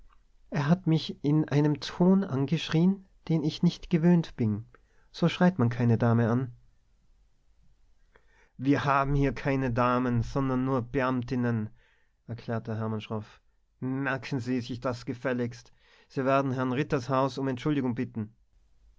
er hat mich in einem ton angeschrien den ich nicht gewöhnt bin so schreit man keine dame an wir haben hier keine damen sondern nur beamtinnen erklärte hermann schroff merken sie sich das gefälligst sie werden herrn rittershaus um entschuldigung bitten